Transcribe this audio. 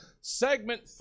Segment